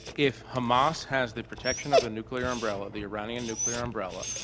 if hamas has the protection of the nuclear umbrella the iranian nuclear umbrella,